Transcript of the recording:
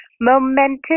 momentous